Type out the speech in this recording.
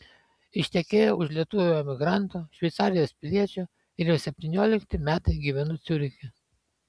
ištekėjau už lietuvio emigranto šveicarijos piliečio ir jau septyniolikti metai gyvenu ciuriche